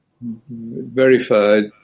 verified